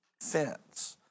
fence